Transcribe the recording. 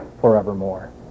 forevermore